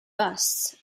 busts